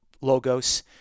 Logos